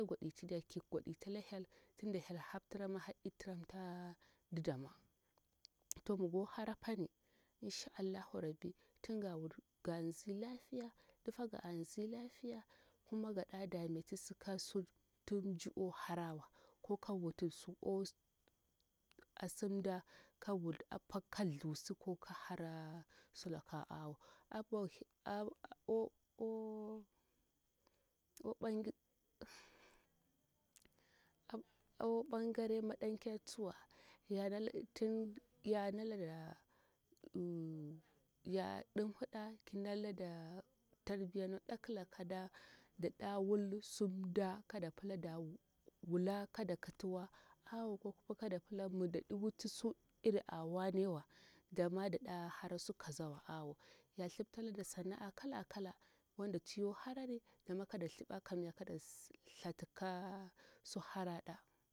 Ki goditala hel tunda hel haptira har itiramta dama to migo harapani inshaa allahu rabbi tungawuti ganzi lafiya ɗufaga anzi lafiya kuma gaɗa dametisi kasuttum ji oharawa ko kawuttu su o asimda kawwul apa kaththu sa klo kahara sulaka, awoo o bangare maɗankir tsuwa yana laɗa, yaɗumhuɗa kinalada tarbiya na ɗakilaka na tu da ɗa wul sum da kada pila dawula kada kitiwa awo kokuma kada pila mi da ɗiwuta su iri awanewa dama da yahara su kazawa awo ya thiptalada sana'a kala kala wanda tiwo harari dama kada thipa kamya kada thata kasur haraɗa